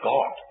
God